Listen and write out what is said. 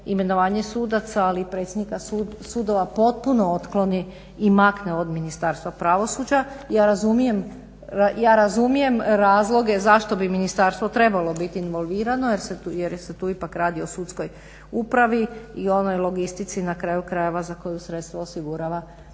imenovanje sudaca, ali i predsjednika sudova potpuno otkloni i makne od Ministarstva pravosuđa. Ja razumijem razloge zašto bi ministarstvo trebalo biti involvirano, jer se tu ipak rad o sudskom upravo i onoj logistici na kraju krajeva za koju sredstva osigurava